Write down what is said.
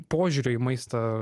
požiūrio į maistą